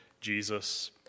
Jesus